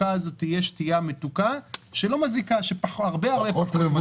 עוקבה פרוספקטיבי שנמשך עשר שנים,